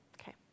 Okay